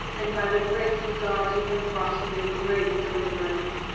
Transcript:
and by the grace of god you have wrought me a great deliverance.